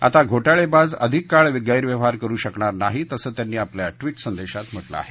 आता घोटाळेबाज अधिक काळ गैरव्यवहार करु शकणार नाहीत असं त्यांनी आपल्या ट्विट संदेशात म्हटलं आहे